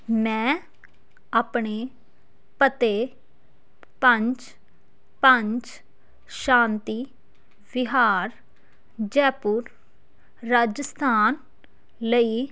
ਮੈਂ ਆਪਣੇ ਪਤੇ ਪੰਜ ਪੰਜ ਸ਼ਾਂਤੀ ਵਿਹਾਰ ਜੈਪੁਰ ਰਾਜਸਥਾਨ ਲਈ